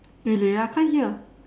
really I can't hear